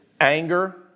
anger